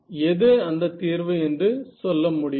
எது அந்தத் தீர்வு என்று சொல்ல முடியுமா